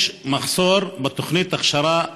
יש מחסור בתוכניות הכשרה,